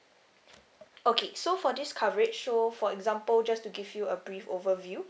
okay so for this coverage so for example just to give you a brief overview